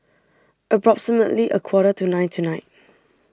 approximately a quarter to nine tonight